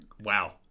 Wow